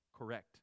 correct